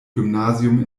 gymnasium